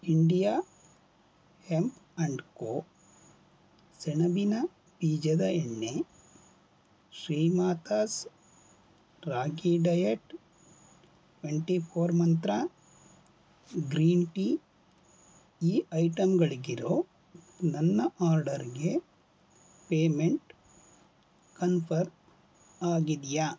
India M and co ಸೆಣಬಿನ ಬೀಜದ ಎಣ್ಣೆ Shri Matas ragi diet twenty four Mantra green tea ಈ ಐಟಮ್ಗಳಿಗಿರೊ ನನ್ನ ಆರ್ಡರಿಗೆ ಪೇಮೆಂಟ್ ಕನ್ಫರ್ಮ್ ಆಗಿದೆಯಾ